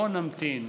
בוא נמתין.